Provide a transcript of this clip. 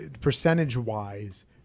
percentage-wise